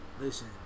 Listen